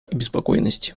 обеспокоенности